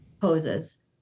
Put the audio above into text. poses